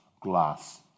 glass